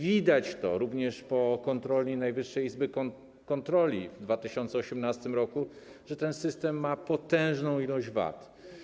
Widać również po kontroli Najwyższej Izby Kontroli w 2018 r., że ten system ma potężną ilość wad.